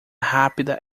rápida